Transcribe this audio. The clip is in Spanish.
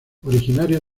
originarios